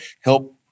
help